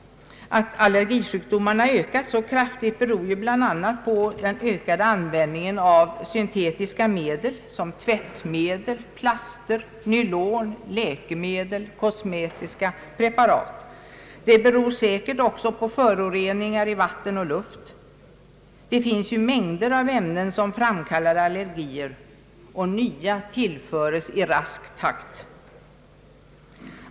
Att allergisjukdomarna ökat så kraftigt beror bl.a. på den ökade användningen av syntetiska medel, såsom tvättmedel, plaster, nylon, läkemedel och kosmetiska preparat. Det beror säkert också på föroreningar i vatten och luft. Det finns mängder av ämnen som framkallar allergier, och nya tillförs i rask takt.